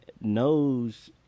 knows